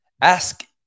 Ask